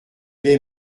les